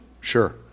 sure